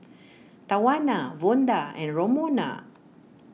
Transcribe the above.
Tawana Vonda and Romona